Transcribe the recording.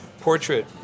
portrait